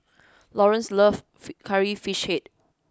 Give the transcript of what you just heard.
Lawerence loves curry fish head